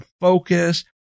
focus